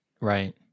Right